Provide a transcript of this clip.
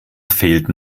fehlten